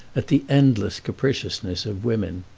at the endless capriciousness of women.